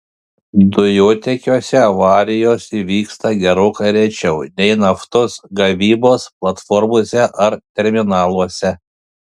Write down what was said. dujotiekiuose avarijos įvyksta gerokai rečiau nei naftos gavybos platformose ar terminaluose